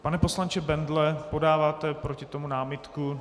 Pane poslanče Bendle, podáváte proti tomu námitku?